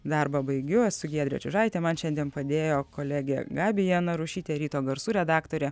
darbą baigiu esu giedrė čiužaitė man šiandien padėjo kolegė gabija narušytė ryto garsų redaktorė